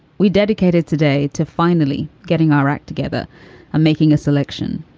we dedicated today to finally getting our act together and making a selection.